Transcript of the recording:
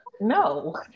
no